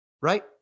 Right